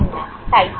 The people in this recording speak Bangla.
তাই তো